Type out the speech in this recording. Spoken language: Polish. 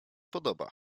podoba